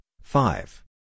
five